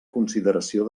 consideració